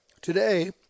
Today